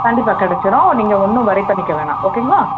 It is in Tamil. கண்டிப்பாக கிடைச்சிரும் நீங்கள் ஒன்றும் ஒரி பண்ணிக்க வேண்டாம் ஓகேங்களா